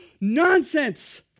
Nonsense